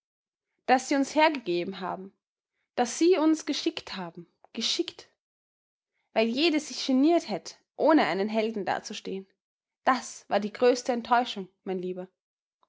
daß sie uns hergegeben haben daß sie uns geschickt haben geschickt weil jede sich geniert hätt ohne einen helden dazustehen das war die große enttäuschung mein lieber